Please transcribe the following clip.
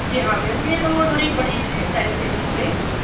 जी हाँ मैम ये तो थोड़ी बड़ी सी डाइनिंग टेबल हो गई